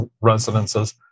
residences